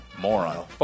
Moron